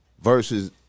versus